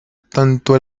tanto